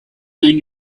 and